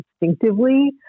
instinctively